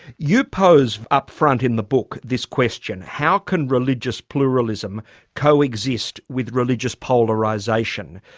you pose upfront in the book this question how can religious pluralism coexist with religious polarisation?